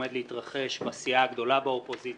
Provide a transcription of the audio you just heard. שעומד להתרחש בסיעה הגדולה באופוזיציה,